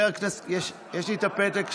יש לי את הפתק שלך.